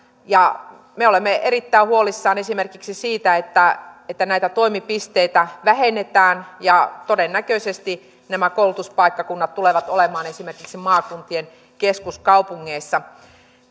me olemme erittäin huolissamme esimerkiksi siitä että että näitä toimipisteitä vähennetään ja todennäköisesti nämä koulutuspaikkakunnat tulevat olemaan esimerkiksi maakuntien keskuskaupungeissa